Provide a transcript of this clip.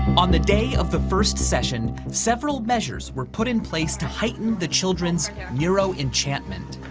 on the day of the first session, several measures were put in place to heighten the children's neuro enchantment.